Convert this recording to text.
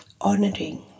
honoring